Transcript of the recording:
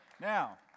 now